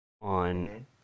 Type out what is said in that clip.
on